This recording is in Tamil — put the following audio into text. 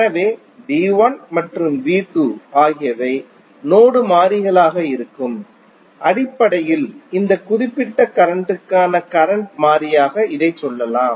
எனவே V1 மற்றும் V2 ஆகியவை நோடு மாறிகளாக இருக்கும் அடிப்படையில் இந்த குறிப்பிட்ட கரண்ட்டுக்கான கரண்ட் மாறியாக இதைச் சொல்லலாம்